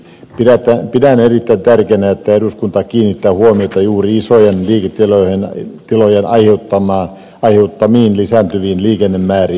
pidän erittäin tärkeänä että eduskunta kiinnittää huomiota juuri isojen liiketilojen aiheuttamiin lisääntyviin liikennemääriin